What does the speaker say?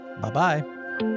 Bye-bye